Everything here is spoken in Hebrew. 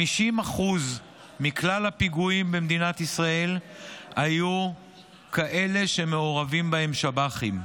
50% מכלל הפיגועים במדינת ישראל היו כאלה שמעורבים בהם שב"חים.